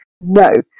no